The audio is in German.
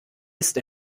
ist